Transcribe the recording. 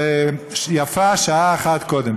ויפה שעה אחת קודם.